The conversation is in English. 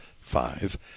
five